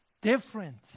Different